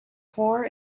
poor